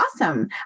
awesome